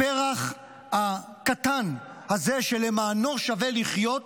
הפרח הקטן הזה שלמענו שווה לחיות,